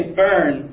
burn